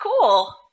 cool